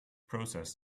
process